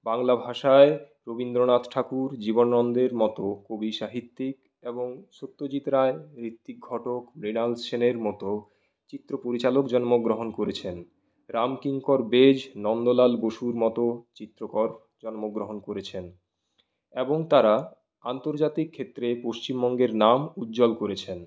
বাংলা ভাষায় রবীন্দ্রনাথ ঠাকুর জীবনানন্দের মতো কবি সাহিত্যিক এবং সত্যজিৎ রায় ঋত্বিক ঘটক মৃণাল সেনের মতো চিত্র পরিচালক জন্মগ্রহণ করেছেন রামকিঙ্কর বেজ নন্দলাল বসুর মতো চিত্রকর জন্মগ্রহণ করেছেন এবং তাঁরা আন্তর্জাতিক ক্ষেত্রে পশ্চিমবঙ্গের নাম উজ্জ্বল করেছেন